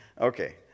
Okay